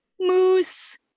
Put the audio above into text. Moose